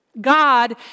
God